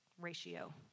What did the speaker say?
ratio